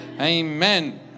Amen